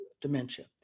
dementia